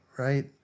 right